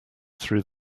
through